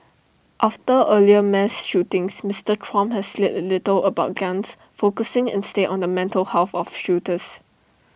after earlier mass shootings Mister Trump has said little about guns focusing instead on the mental health of shooters